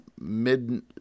mid